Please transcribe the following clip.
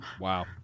Wow